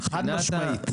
חד משמעית.